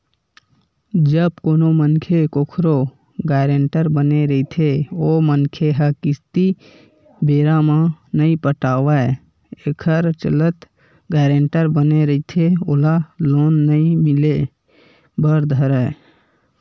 जब कोनो मनखे कखरो गारेंटर बने रहिथे ओ मनखे ह किस्ती बेरा म नइ पटावय एखर चलत गारेंटर बने रहिथे ओला लोन नइ मिले बर धरय